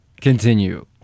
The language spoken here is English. Continue